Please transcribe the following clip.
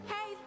Hey